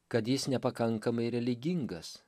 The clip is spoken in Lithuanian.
kad jis nepakankamai religingas